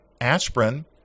Aspirin